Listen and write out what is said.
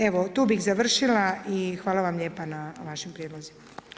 Evo, tu bih završila i hvala vam lijepa na vašim prijedlozima.